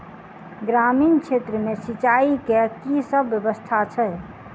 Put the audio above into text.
ग्रामीण क्षेत्र मे सिंचाई केँ की सब व्यवस्था छै?